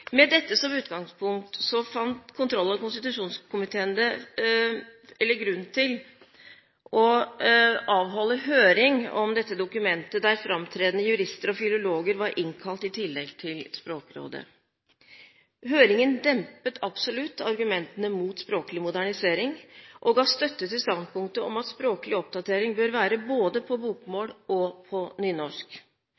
Med dette som utgangspunkt fant kontroll- og konstitusjonskomiteen grunn til å avholde høring om dette dokumentet, der framtredende jurister og filologer var innkalt i tillegg til Språkrådet. Høringen dempet absolutt argumentene mot språklig modernisering og ga støtte til standpunktet om at språklig oppdatering bør være både på